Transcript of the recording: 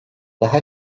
daha